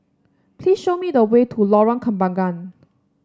please show me the way to Lorong Kembagan